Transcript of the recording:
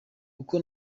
uko